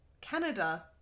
canada